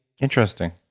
Interesting